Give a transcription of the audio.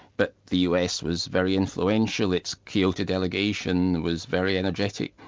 but the us was very influential, its kyoto delegation was very energetic,